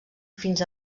fins